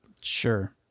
Sure